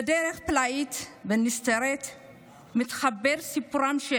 בדרך פלאית ונסתרת מתחבר סיפורם.